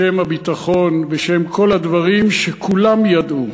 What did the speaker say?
בשם הביטחון, בשם כל הדברים, שכולם ידעו.